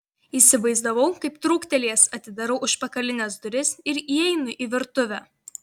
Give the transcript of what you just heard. įsivaizdavau kaip trūktelėjęs atidarau užpakalines duris ir įeinu į virtuvę